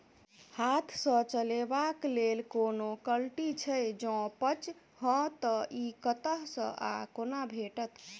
हाथ सऽ चलेबाक लेल कोनों कल्टी छै, जौंपच हाँ तऽ, इ कतह सऽ आ कोना भेटत?